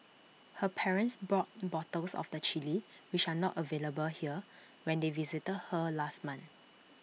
her parents brought bottles of the Chilli which are not available here when they visited her last month